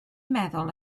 meddwl